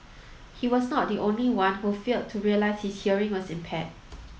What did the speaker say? he was not the only one who failed to realise his hearing was impaired